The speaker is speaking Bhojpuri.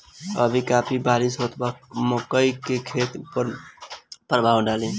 अभी काफी बरिस होत बा मकई के खेत पर का प्रभाव डालि?